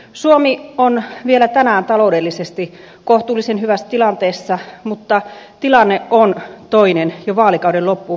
suomi on vielä tänään taloudellisesti kohtuullisen hyvässä tilanteessa mutta tilanne on toinen jo vaalikauden loppuun mennessä